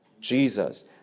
Jesus